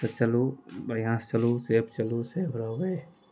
तऽ चलू बढ़िऑं से चलू सेफ चलू सेभ रहबै